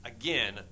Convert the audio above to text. again